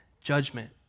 judgment